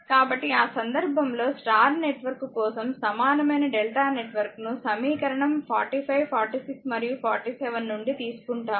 కాబట్టి ఆ సందర్భంలో స్టార్ నెట్వర్క్ కోసంసమానమైన డెల్టా నెట్వర్క్ ను సమీకరణం 45 46 మరియు 47 నుండి తీసుకుంటాము